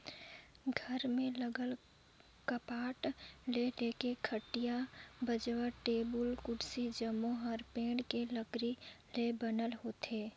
घर में लगल कपाट ले लेके खटिया, बाजवट, टेबुल, कुरसी जम्मो हर पेड़ के लकरी ले बनल होथे